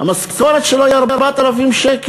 המשכורת שלו היא 4,000 שקל.